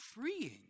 freeing